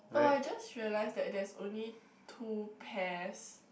oh I just realised that there is only two pairs